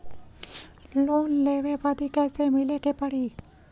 Loan लेवे बदी कैसे मिले के पड़ी?